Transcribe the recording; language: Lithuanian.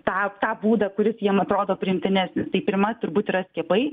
tą tą būdą kuris jam atrodo priimtinesnis tai pirmas turbūt yra skiepai